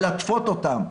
מלטפות אותם.